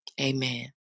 Amen